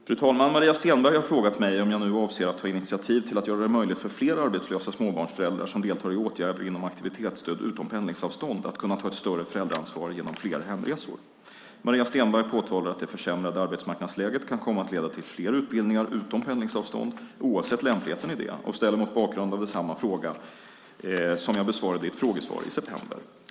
Fru talman! Maria Stenberg har frågat mig om jag nu avser att ta initiativ till att göra det möjligt för fler arbetslösa småbarnsföräldrar, som deltar i åtgärder inom aktivitetsstöd utom pendlingsavstånd, att ta ett större föräldraansvar genom fler hemresor. Maria Stenberg påtalar att det försämrade arbetsmarknadsläget kan komma att leda till fler utbildningar utom pendlingsavstånd, oavsett lämpligheten i det, och ställer mot bakgrund av det samma fråga som jag besvarade i ett frågesvar i september.